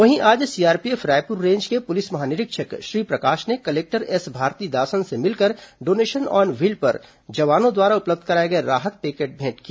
वहीं आज CRPF Raipur range के पुलिस महानिरीक्षक श्रीप्रकाश ने कलेक्टर एस भारतीदासन से मिलकर डोनेशन ऑन व्हील्स पर जवानों द्वारा उपलब्ध कराए गए राहत पैकेट भेंट किया